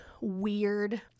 weird